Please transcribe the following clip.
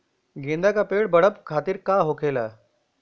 गेंदा का पेड़ बढ़अब खातिर का होखेला?